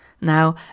now